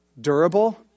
durable